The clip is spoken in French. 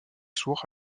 sourds